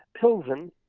Pilsen